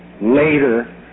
later